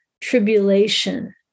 tribulation